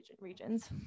regions